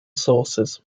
sources